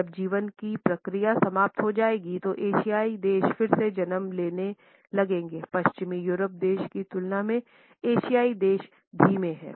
जब जीवन की प्रक्रिया समाप्त हो जाएगी तो एशियाई देश फिर से जन्म लेने लगेंगे पश्चिमी यूरोपीय देश की तुलना में एशियाई देश धीमे हैं